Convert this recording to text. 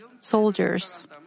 soldiers